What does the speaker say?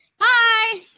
hi